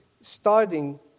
starting